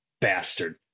bastard